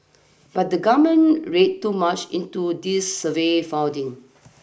but the government read too much into these survey finding